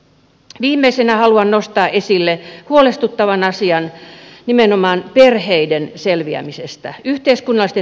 viimeisenä haluan nostaa esille huolestuttavan asian nimenomaan perheiden selviämisen